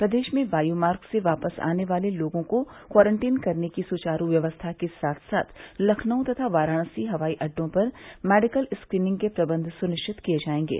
प्रदेश में वायुमार्ग से वापस आने वाले लोगों को क्वारंटीन करने की सुचारू व्यवस्था के साथ साथ लखनऊ तथा वाराणसी हवाई अड्डों पर मेडिकल स्क्रीनिंग के प्रबन्ध सुनिश्चित किए जायेंगे